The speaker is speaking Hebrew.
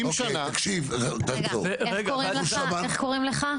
איך קוראים לך?